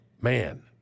man